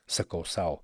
sakau sau